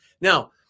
Now